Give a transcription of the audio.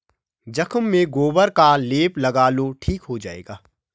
जख्म में गोबर का लेप लगा लो ठीक हो जाएगा